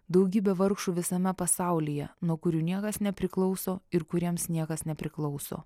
daugybė vargšų visame pasaulyje nuo kurių niekas nepriklauso ir kuriems niekas nepriklauso